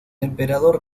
emperador